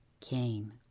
came